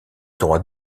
droit